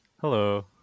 Hello